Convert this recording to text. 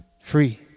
free